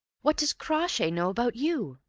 what does crawshay know about you?